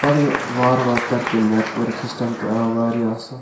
پَتہٕ گٔے وارٕ وارٕ ترقی نٮ۪ٹورک سِسٹم تہِ آو واریاہ اصٕل